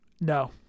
No